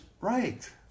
right